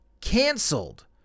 canceled